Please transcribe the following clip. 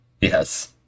Yes